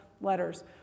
letters